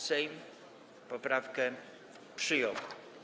Sejm poprawki przyjął.